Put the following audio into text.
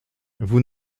vous